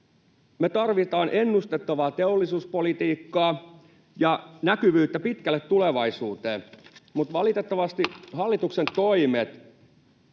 Me tarvitaan ennustettavaa teollisuuspolitiikkaa ja näkyvyyttä pitkälle tulevaisuuteen, mutta valitettavasti [Puhemies